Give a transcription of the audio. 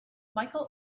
michael